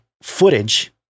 footage